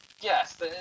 Yes